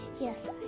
Yes